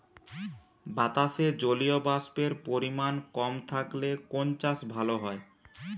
বাতাসে জলীয়বাষ্পের পরিমাণ কম থাকলে কোন চাষ ভালো হয়?